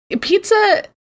Pizza